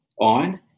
on